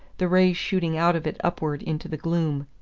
the rays shooting out of it upward into the gloom.